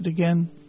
Again